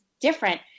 different